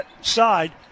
side